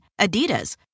Adidas